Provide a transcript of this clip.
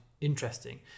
interesting